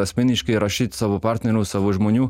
asmeniškai rašyt savo partnerių savo žmonių